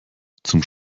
zum